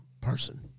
person